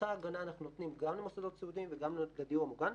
אותה הגנה אנחנו נותנים גם למוסדות הסיעודיים וגם לדיור המוגן.